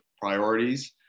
priorities